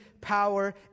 power